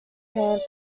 camp